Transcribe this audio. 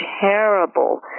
terrible